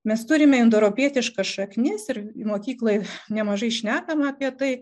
mes turime indoeuropietiškas šaknis ir mokyklaoj nemažai šnekama apie tai